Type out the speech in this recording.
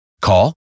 Call